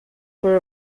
for